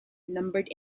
numbered